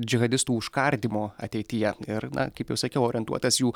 džihadistų užkardymo ateityje ir na kaip jau sakiau orientuotas jų